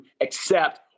accept